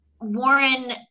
Warren